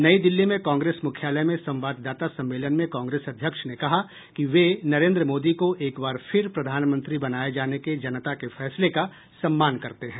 नई दिल्ली में कांग्रेस मुख्यालय में संवाददाता सम्मेलन में कांग्रेस अध्यक्ष ने कहा कि वे नरेंद्र मोदी को एक बार फिर प्रधानमंत्री बनाए जाने के जनता के फैसले का सम्मान करते हैं